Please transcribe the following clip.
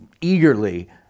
eagerly